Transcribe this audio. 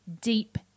Deep